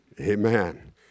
amen